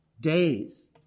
Days